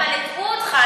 אבל, סגן השר, הטעו אותך.